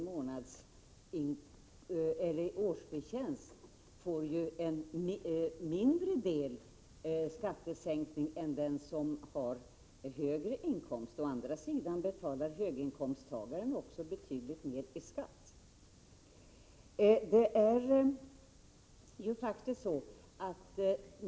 i årsförtjänst får en mindre skattesänkning än den som har en högre inkomst. Å andra sidan betalar höginkomsttagaren betydligt mer i skatt.